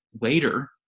later